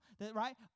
right